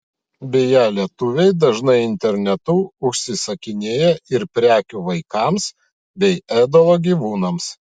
beje lietuviai dažnai internetu užsisakinėja ir prekių vaikams bei ėdalo gyvūnams